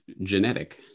genetic